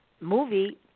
Movie